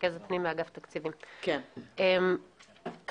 רכזת פנים באגף התקציבים, משרד האוצר.